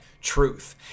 truth